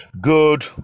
Good